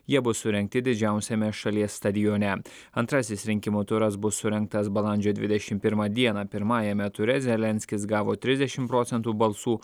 jie bus surengti didžiausiame šalies stadione antrasis rinkimų turas bus surengtas balandžio dvidešim pirmą dieną pirmajame ture zelenskis gavo trisdešim procentų balsų